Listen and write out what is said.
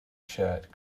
shirt